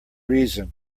reason